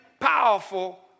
powerful